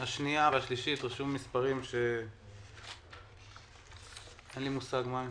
השנייה והשלישית רשומים מספרים שאין לי מושג מה הן?